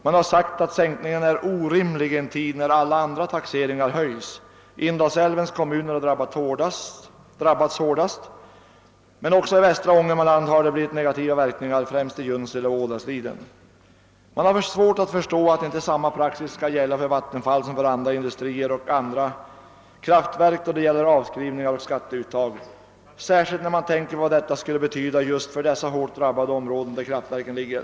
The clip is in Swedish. Man har sagt att sänkningen är orimlig i en tid när alla andra taxeringar höjs. Indalsälvens kommuner har drabbats hårdast, men också i västra Ångermanland har det blivit negativa verkningar, främst i Junsele och Adalsliden. Man har svårt att förstå att inte samma praxis skall gälla för Vattenfall som för andra industrier och kraftverk i fråga om avskrivningar och skatteuttag, särskilt när man tänker på vad detta skulle betyda just för dessa hårt drabbade områden, där kraftverken ligger.